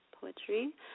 Poetry